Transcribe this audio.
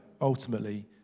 ultimately